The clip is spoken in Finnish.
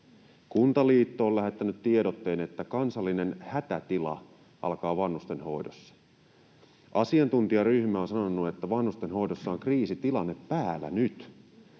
Kuntaliitto on lähettänyt tiedotteen, että vanhustenhoidossa alkaa kansallinen hätätila. Asiantuntijaryhmä on sanonut, että vanhustenhoidossa on nyt kriisitilanne päällä.